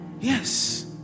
yes